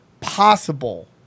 possible